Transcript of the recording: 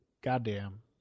Goddamn